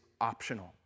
optional